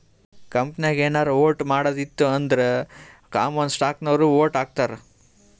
ಕಂಪನಿನಾಗ್ ಏನಾರೇ ವೋಟ್ ಮಾಡದ್ ಇತ್ತು ಅಂದುರ್ ಕಾಮನ್ ಸ್ಟಾಕ್ನವ್ರು ವೋಟ್ ಹಾಕ್ತರ್